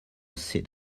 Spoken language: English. sit